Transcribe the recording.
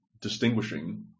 distinguishing